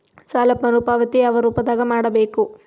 ಸಾಲ ಮರುಪಾವತಿ ಯಾವ ರೂಪದಾಗ ಮಾಡಬೇಕು?